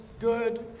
good